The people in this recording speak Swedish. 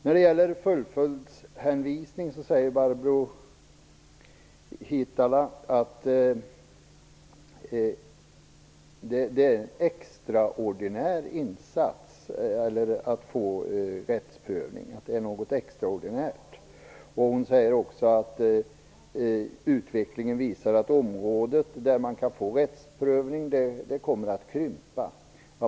När det gäller fullföljdshänvisning säger Barbro Hietala Nordlund att det är en extraordinär insats att få rättsprövning. Hon säger också att utvecklingen visar att området där man kan få rättsprövning kommer att krympa.